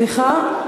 סליחה.